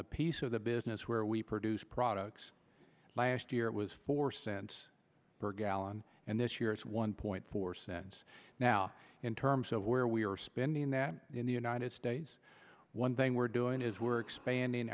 the piece of the business where we produce products last year it was four cents per gallon and this year it's one point four cents now in terms of where we are spending that in the united states one thing we're doing is we're expanding